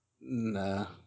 No